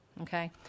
Okay